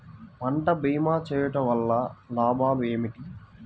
పంట భీమా చేయుటవల్ల లాభాలు ఏమిటి?